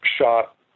shot